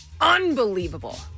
unbelievable